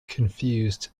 confused